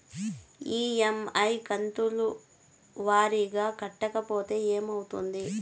EMI కంతుల వారీగా కట్టకపోతే ఏమవుతుంది?